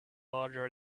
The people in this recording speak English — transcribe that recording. larger